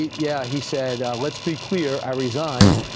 yeah. he said, let's be clear i resigned.